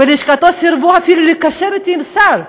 בלשכתו אפילו סירבו לקשר אותי עם השר,